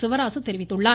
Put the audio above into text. சிவராசு தெரிவித்துள்ளார்